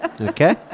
Okay